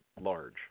large